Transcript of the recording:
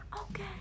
okay